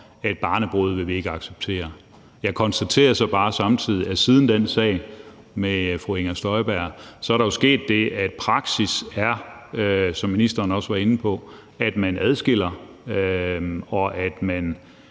at barnebrude vil vi ikke acceptere. Jeg konstaterer så bare samtidig, at siden den sag med fru Inger Støjberg er der jo sket det, at praksis er, som ministeren også var inde på, at man adskiller, og at man